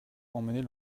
emmener